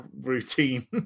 routine